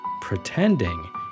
pretending